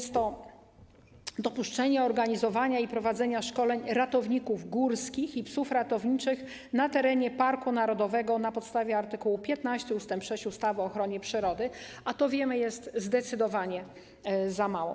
Chodzi o dopuszczenie do organizowania i prowadzenia szkoleń ratowników górskich i psów ratowniczych na terenie parku narodowego na podstawie art. 15 ust. 6 ustawy o ochronie przyrody, ale to jest zdecydowanie za mało.